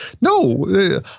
No